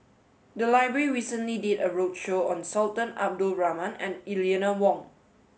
the library recently did a roadshow on Sultan Abdul Rahman and Eleanor Wong